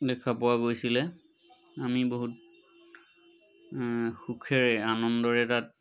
দেখা পোৱা গৈছিলে আমি বহুত সুখেৰে আনন্দৰে তাত